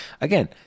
again